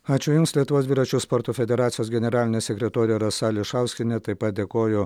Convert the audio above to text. ačiū jums lietuvos dviračių sporto federacijos generalinė sekretorė rasa ališauskienė taip pat dėkoju